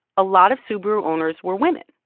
a lot of subaru owners were women,